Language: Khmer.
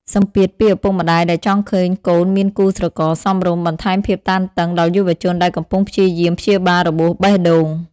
សម្ពាធពីឪពុកម្តាយដែលចង់ឃើញកូនមានគូស្រករសមរម្យ បន្ថែមភាពតានតឹងដល់យុវជនដែលកំពុងព្យាយាមព្យាបាលរបួសបេះដូង។